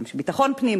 גם של ביטחון פנים,